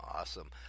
Awesome